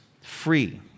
free